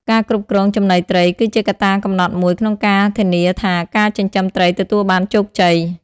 ការគ្រប់គ្រង ចំណីត្រី គឺជាកត្តាកំណត់មួយក្នុងការធានាថាការចិញ្ចឹមត្រីទទួលបានជោគជ័យ។